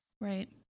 Right